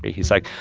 he's like,